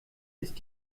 ist